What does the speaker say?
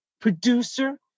producer